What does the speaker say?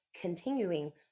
continuing